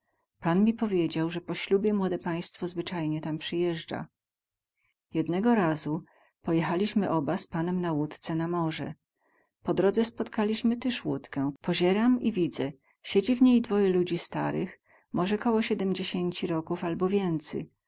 pan mi powiedział ze po ślubie młode państwo zwycajnie tam przyjezdza jednego razu pojechaliśmy oba z panem na łódce na morze po drodze spotkaliśmy tyz łódkę pozieram i widzę siedzi w niej dwoje ludzi starych moze koło siedemdziesięci roków abo więcy